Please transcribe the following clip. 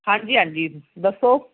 ਹਾਂਜੀ ਹਾਂਜੀ ਦੱਸੋ